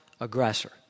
aggressor